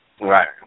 Right